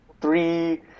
three